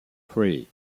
three